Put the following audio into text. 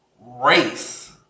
race